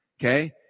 Okay